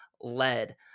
led